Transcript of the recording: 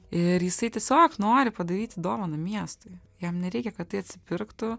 ir jisai tiesiog nori padaryti dovaną miestui jam nereikia kad tai atsipirktų